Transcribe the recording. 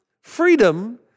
freedom